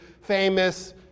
famous